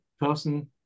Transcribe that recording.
person